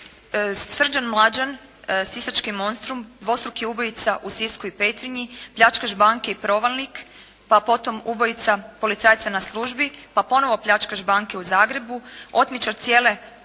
Srđan Mlađan sisački monstrum, dvostruki je ubojica u Sisku i Petrinji, pljačkaš banke i provalnik, pa potom ubojica policajaca na službi, pa ponovo pljačkaš banke u Zagrebu, otmičar cijele